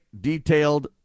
detailed